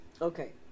Okay